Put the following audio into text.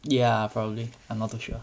yeah probably I'm not too sure